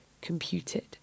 computed